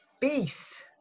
peace